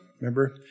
Remember